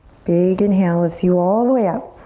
big inhale lifts you all the way up.